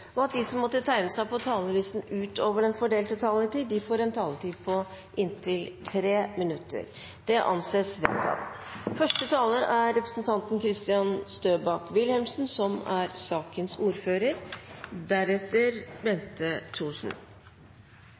og at de som måtte tegne seg på talerlisten utover den fordelte taletid, får en taletid på inntil 3 minutter. – Det anses vedtatt. Dette er